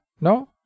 no